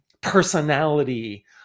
personality